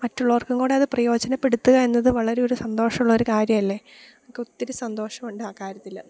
മറ്റുള്ളവർക്കും കൂടി അത് പ്രയോജനപ്പെടുത്തുക എന്നത് വളരെ ഒരു സന്തോഷമുള്ളൊരു കാര്യമല്ലേ ഒക്കെ ഒത്തിരി സന്തോഷമുണ്ട് ആ കാര്യത്തിൽ